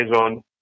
on